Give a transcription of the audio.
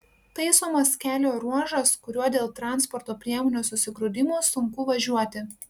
taisomas kelio ruožas kuriuo dėl transporto priemonių susigrūdimo sunku važiuoti